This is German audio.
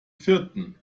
vierten